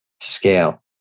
Scale